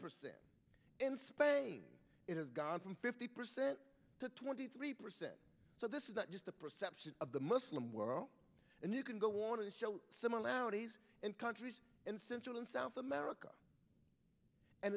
percent in spain it has gone from fifty percent to twenty three percent so this is not just the perception of the muslim world and you can go want to show similarities in countries in central and south america and